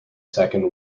second